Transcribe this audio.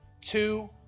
two